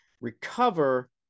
recover